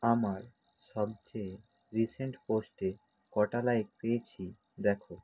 আমার সবচেয়ে রিসেন্ট পোস্টে কটা লাইক পেয়েছি দেখো